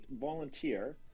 volunteer